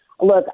look